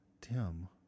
Tim